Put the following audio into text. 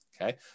okay